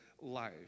life